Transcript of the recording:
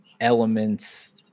elements